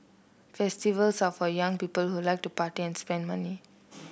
festivals are for young people who like to party and spend money